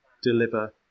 deliver